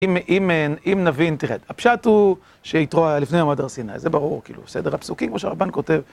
אם נבין, תראה, הפשט הוא שהתרועע לפני מעמד הר סיני, זה ברור, כאילו, לפי סדר הפסוקים כמו שהרמב"ן כותב.